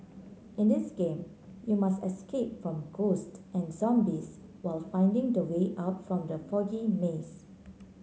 in this game you must escape from ghost and zombies while finding the way out from the foggy maze